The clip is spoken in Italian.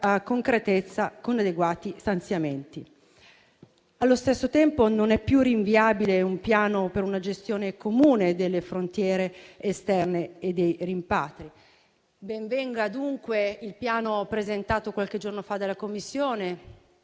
concretizzata con adeguati stanziamenti. Allo stesso tempo, non è più rinviabile un piano per una gestione comune delle frontiere esterne e dei rimpatri. Ben venga dunque il piano presentato qualche giorno fa dalla Commissione,